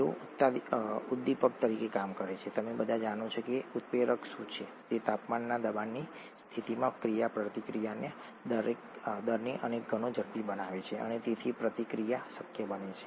તેઓ ઉદ્દીપક તરીકે કામ કરે છે તમે બધા જાણો છો કે ઉત્પ્રેરક શું કરે છે તે તાપમાનના દબાણની સ્થિતિમાં પ્રતિક્રિયાના દરને અનેકગણો ઝડપી બનાવે છે અને તેથી પ્રતિક્રિયા શક્ય બને છે